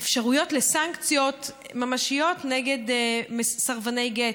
אפשרויות לסנקציות ממשיות נגד סרבני גט,